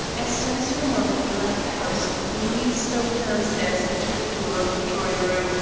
as soon as her mother had left the house louise stole downstairs and to the door of the drawing-room,